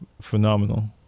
phenomenal